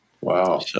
Wow